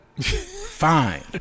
fine